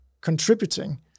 contributing